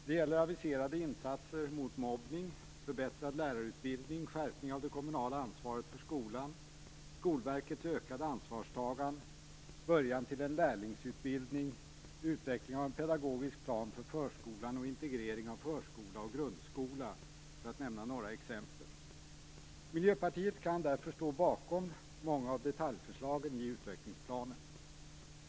Det gäller aviserade insatser mot mobbning, förbättrad lärarutbildning, skärpning av det kommunala ansvaret för skolan, Skolverkets ökade ansvarstagande, början till en lärlingsutbildning, utveckling av en pedagogisk plan för förskolan och integrering av förskola och grundskola, för att nämna några exempel. Miljöpartiet kan därför stå bakom många av detaljförslagen i utvecklingsplanen.